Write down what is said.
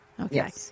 Okay